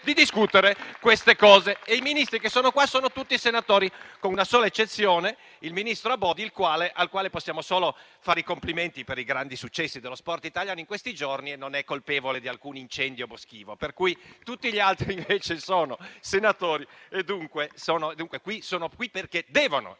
di discutere queste cose e i Ministri che sono qui sono tutti senatori, con la sola eccezione del ministro Abodi, al quale possiamo solo fare i complimenti per i grandi successi dello sport italiano ottenuti in questi giorni, e non è colpevole di alcun incendio boschivo. Tutti gli altri invece sono senatori e dunque sono qui perché devono esserci